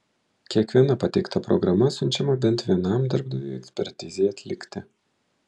kiekviena pateikta programa siunčiama bent vienam darbdaviui ekspertizei atlikti